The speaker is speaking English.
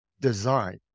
design